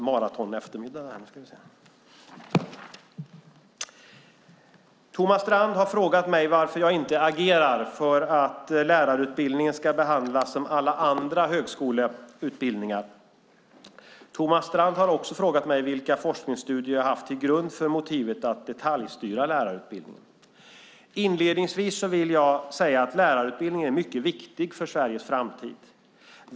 Herr talman! Thomas Strand har frågat mig varför jag inte agerar för att lärarutbildningen ska behandlas som alla andra högskoleutbildningar. Thomas Strand har också frågat mig vilka forskningsstudier jag haft till grund för motivet att detaljstyra lärarutbildningen. Inledningsvis vill jag säga att lärarutbildningen är mycket viktig för Sveriges framtid.